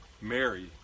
Mary